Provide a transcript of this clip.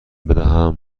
بدهم